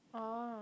oh